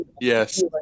Yes